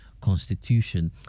Constitution